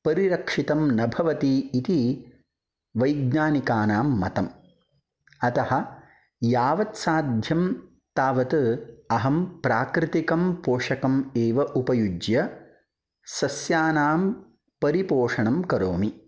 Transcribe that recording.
परिरक्षितं न भवति इति वैज्ञानिकानां मतम् अतः यावत् साध्यं तावत् अहं प्राकृतिकं पोषकम् एव उपयुज्य सस्यानां परिपोषणं करोमि